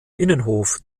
innenhof